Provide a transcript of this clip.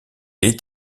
est